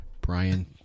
brian